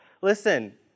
listen